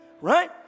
right